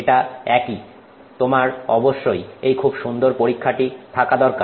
এটা একই তোমার অবশ্যই এই খুব সুন্দর পরীক্ষাটি থাকা দরকার